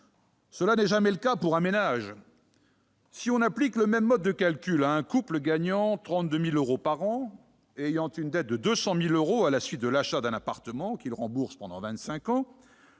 Cela n'est jamais le cas pour un ménage. Si l'on applique le même mode de calcul à un couple gagnant 32 000 euros par an et ayant une dette de 200 000 euros liée à l'achat d'un appartement remboursable sur